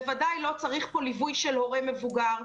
בוודאי שלא צריך פה ליווי של הורה מבוגר,